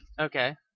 Okay